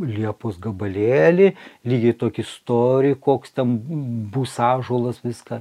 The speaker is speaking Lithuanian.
liepos gabalėlį lygiai tokį storį koks ten bus ąžuolas viską